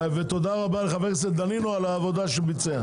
תודה רבה לחבר הכנסת דנינו על העבודה שהוא ביצע.